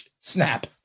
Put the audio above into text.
snap